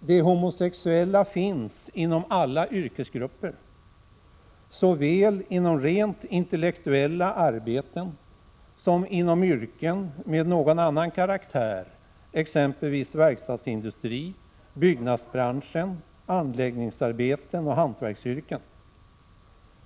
De homosexuella finns inom alla yrkesgrupper, såväl inom rent intellektuella arbeten som inom yrken med någon annan karaktär, t.ex. verkstadsindustri, byggnadsbranschen, anläggningsarbeten och hantverksyrken.